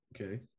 Okay